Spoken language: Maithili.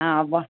हँ ब